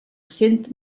senten